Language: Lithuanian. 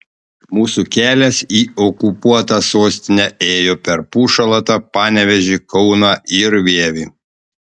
mūsų kelias į okupuotą sostinę ėjo per pušalotą panevėžį kauną ir vievį